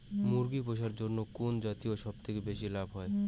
মুরগি পুষার জন্য কুন জাতীয় সবথেকে বেশি লাভ হয়?